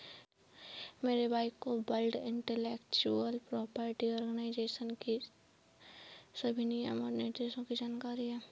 मेरे भाई को वर्ल्ड इंटेलेक्चुअल प्रॉपर्टी आर्गेनाईजेशन की सभी नियम और निर्देशों की जानकारी है